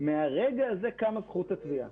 מרגע זה קמה זכות התביעה.